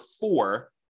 four